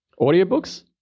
Audiobooks